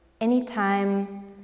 anytime